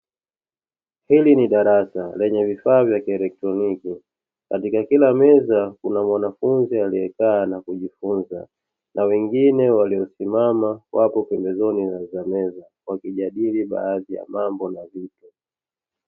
Hili ni darasa lenye vifaa vya kielektroniki, katika kila meza kuna mwanafunzi aliye kaa na kujifunza, na wengine walio simama wapo pembezoni mwa meza wakijadili baadhi ya mambo na vitu.